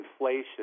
inflation